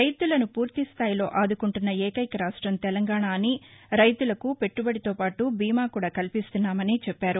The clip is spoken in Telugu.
రైతులను పూర్తి స్టాయిలో ఆదుకుంటున్న ఏకైక రాష్టం తెలంగాణ అని రైతులకు పెట్టుబడితో పాటు బీమా కూడా కల్పిస్తున్నామని చెప్పారు